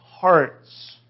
hearts